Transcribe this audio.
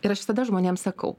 ir aš visada žmonėm sakau